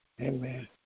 Amen